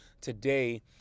today